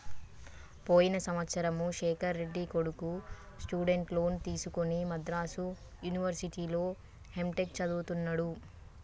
పోయిన సంవత్సరము శేఖర్ రెడ్డి కొడుకు స్టూడెంట్ లోన్ తీసుకుని మద్రాసు యూనివర్సిటీలో ఎంటెక్ చదువుతున్నడు